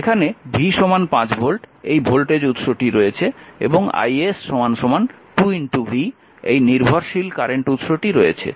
এখানে V 5 volt এই voltage উৎসটি রয়েছে এবং is 2 V এই নির্ভরশীল কারেন্ট উৎসটি রয়েছে